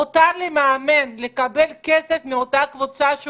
מותר למאמן לקבל כסף מאותה קבוצה אותה